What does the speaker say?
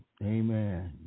Amen